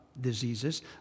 Diseases